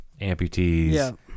amputees